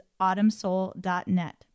autumnsoul.net